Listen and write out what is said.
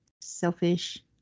Selfish